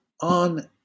on